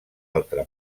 altra